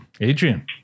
adrian